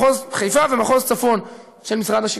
מחוז חיפה ומחוז הצפון של משרד השיכון.